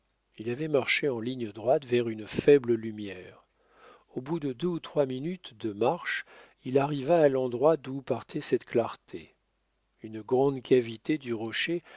il avait marché en ligne droite vers une faible lumière au bout de deux ou trois minutes de marche il arriva à l'endroit d'où partait cette clarté une grande cavité du rocher